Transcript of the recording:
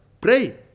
pray